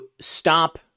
stop